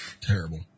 Terrible